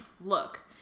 Look